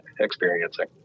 experiencing